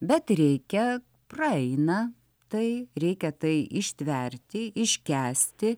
bet reikia praeina tai reikia tai ištverti iškęsti